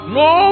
no